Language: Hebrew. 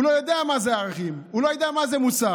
הוא לא יודע מה זה ערכים, הוא לא יודע מה זה מוסר.